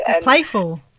Playful